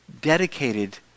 dedicated